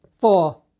four